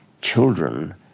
children